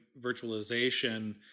virtualization